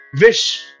wish